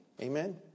Amen